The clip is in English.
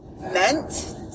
meant